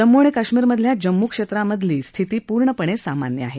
जम्मू आणि काश्मिरमधल्या जम्मू क्षेत्रामधली स्थिती पूर्णपणे सामान्य आहे